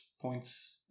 points